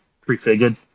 prefigured